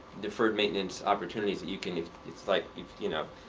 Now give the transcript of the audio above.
deferred maintenance opportunities that you can it's like, you know,